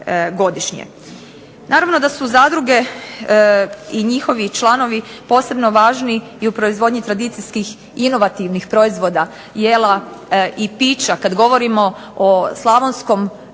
Naravno da su zadruge i njihovi članovi posebno važni i u proizvodnji tradicijskih inovativnih proizvoda, jela i pića. Kad govorimo o slavonskom kulenu